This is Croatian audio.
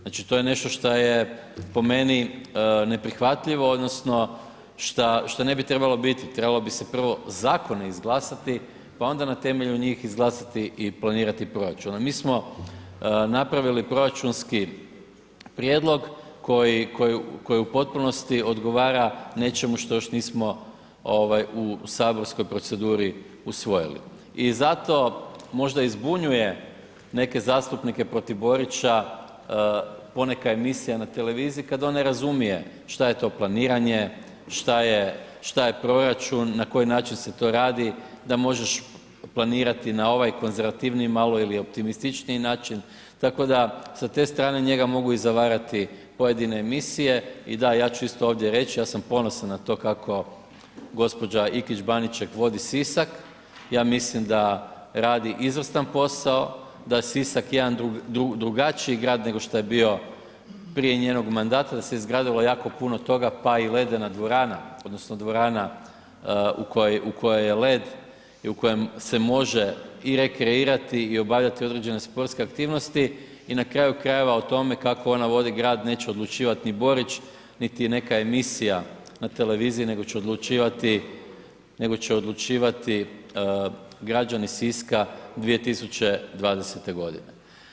Znači to je nešto šta je po meni neprihvatljivo odnosno šta ne bi trebalo biti, trebalo bi se prvo zakone izglasati pa onda na temelju njih izglasati i planirati proračun a mi smo napravili proračunski prijedlog koji u potpunosti odgovara nečemu što još nismo u saborskoj proceduri usvojili i zato možda i zbunjuje neke zastupnike protiv Borića poneka emisija na televiziji kad on ne razumije šta je to planiranje, šta je proračun, na koji način se to radi da može planirati na ovaj konzervativniji malo ili optimističniji način tako da sa te strane njega mogu i zavarati pojedine emisije i da, ja ću isto ovdje reći, ja sam ponosan na to kako gđa. Ikić Baniček vodi Sisak, ja mislim da radi izvrstan posao, da je Sisak jedan drugačiji grad nego šta je bio prije njenog mandata, da se izgradilo jako puno toga pa i ledena dvorana odnosno dvorana u kojoj je led i u kojem se može i rekreirati i obavljati određene sportske aktivnosti i na kraju krajeva, o tome kako ona vodi grad neće odlučivati ni Borić niti neka emisija na televiziji, nego će odlučivati građani Siska 2020. godine.